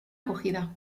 acogida